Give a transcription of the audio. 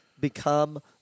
Become